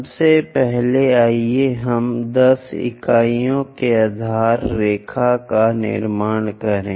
सबसे पहले आइए हम 10 इकाइयों के आधार रेखा का निर्माण करें